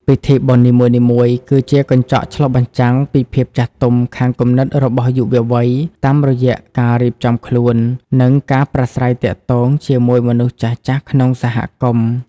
ពិធីបុណ្យនីមួយៗគឺជា "កញ្ចក់ឆ្លុះបញ្ចាំង" ពីភាពចាស់ទុំខាងគំនិតរបស់យុវវ័យ តាមរយៈការរៀបចំខ្លួន និងការប្រាស្រ័យទាក់ទងជាមួយមនុស្សចាស់ៗក្នុងសហគមន៍។